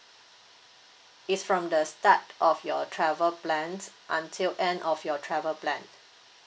it's from the start of your travel plans until end of your travel plan